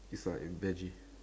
it's like in veggie